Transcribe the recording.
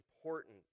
important